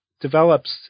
develops